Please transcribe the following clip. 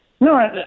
no